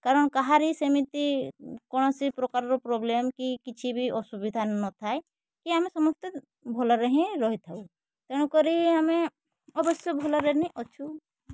କାରଣ କାହାରି ସେମିତି କୌଣସି ପ୍ରକାରର ପ୍ରୋବ୍ଲେମ କି କିଛି ବି ଅସୁବିଧା ନଥାଏ କି ଆମେ ସମସ୍ତେ ଭଲ ରେ ହିଁ ରହିଥାଉ ତେଣୁ କରି ଆମେ ଅବଶ୍ୟ ଭଲରେ ନି ଅଛୁ